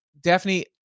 Daphne